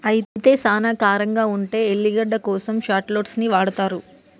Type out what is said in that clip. అయితే సానా కారంగా ఉండే ఎల్లిగడ్డ కోసం షాల్లోట్స్ ని వాడతారు